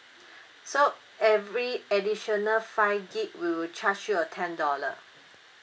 so every additional five gigabyte we will charge you a ten dollar